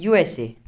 USA